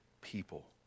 people